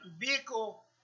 vehicle